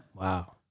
Wow